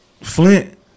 flint